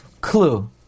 Clue